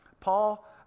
Paul